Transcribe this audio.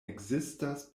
ekzistas